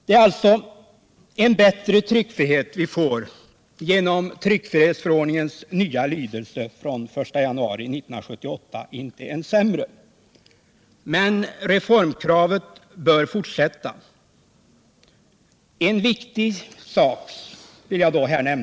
Det är alltså en bättre tryckfrihet vi får genom tryckfrihetsförordningens nya lydelse från den 1 januari 1978, inte en sämre. Men reformverket bör fortsätta.